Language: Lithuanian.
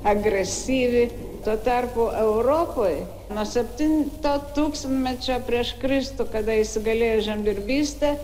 agresyvi tuo tarpu europoj nuo septinto tūkstantmečio prieš kristų kada įsigalėjo žemdirbystė